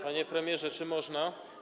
Panie premierze, czy można?